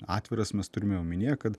atviras mes turime omenyje kad